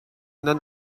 nan